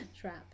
trap